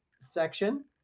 section